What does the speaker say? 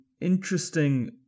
interesting